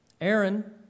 Aaron